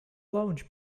launch